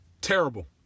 Terrible